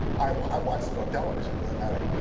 i watched it on television for that matter.